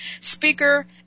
speaker